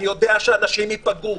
אני יודע שאנשים ייפגעו,